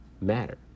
matter